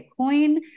Bitcoin